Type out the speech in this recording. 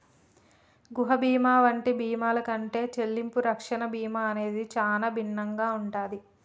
గృహ బీమా వంటి బీమాల కంటే చెల్లింపు రక్షణ బీమా అనేది చానా భిన్నంగా ఉంటాది